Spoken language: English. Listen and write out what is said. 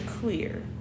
clear